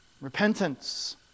repentance